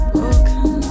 Broken